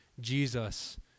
Jesus